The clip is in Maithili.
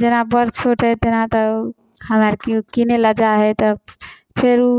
जेना बड़ छोट अछि तेना तऽ हमरा अर किनय लेल जाइ हइ तऽ फेर ओ